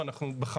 אדוני